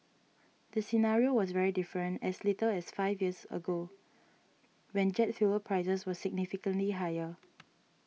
the scenario was very different as little as five years ago when jet fuel prices were significantly higher